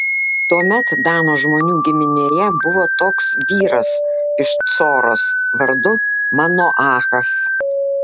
tuomet dano žmonių giminėje buvo toks vyras iš coros vardu manoachas